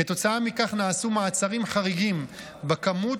כתוצאה מכך נעשו מעצרים חריגים בכמות